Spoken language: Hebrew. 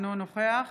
אינו נוכח